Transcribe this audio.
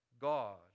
God